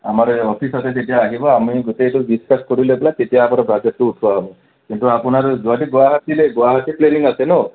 আমাৰ অফিচলৈ যেতিয়া আহিব আমি গোটেইটো ডিছকাছ কৰি লৈ পেলাই তেতিয়া আপোনাৰ বাজেটটো উঠোৱা হ'ব কিন্তু আপোনাৰ যদি গুৱাহাটীলৈ গুৱাহাটী প্লেনিং আছে ন